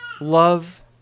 love